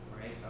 right